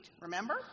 Remember